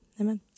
Amen